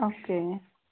okay